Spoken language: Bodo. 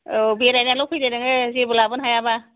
औ बेरायनानैल' फैदो नोङो जेबो लाबोनो हायाबा